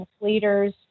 leaders